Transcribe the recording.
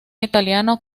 italiano